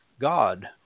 God